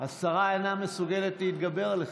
השרה אינה מסוגלת להתגבר עליכם.